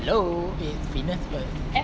hello is Fitness First